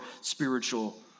spiritual